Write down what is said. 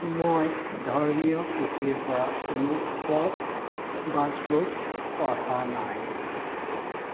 মই ধৰ্মীয় পুথিৰ পৰা কোনো পদ বা শ্লোক পঢ়া নাই